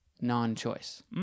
non-choice